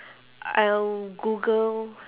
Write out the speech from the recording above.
I'll google